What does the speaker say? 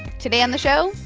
today on the show,